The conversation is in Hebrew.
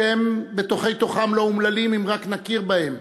שהם בתוכי-תוכם לא אומללים אם רק נכיר בהם